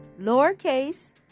lowercase